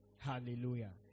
Hallelujah